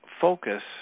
focus